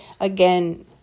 Again